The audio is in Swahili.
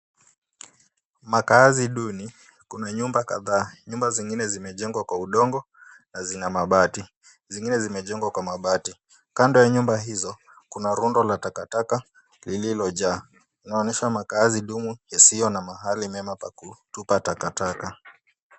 Makaazi duni kuna nyumba kadhaa. Nyumba zingine zimejengwa kwa udongo na zina mabati. Zingine zimejengwa kwa mabati. Kando ya nyumba hizo kuna rundo la takataka lililojaa. Linaonyesha makaazi duni yasiyo na mahali pema pa kutupa takataka.